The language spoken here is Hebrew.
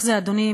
אדוני,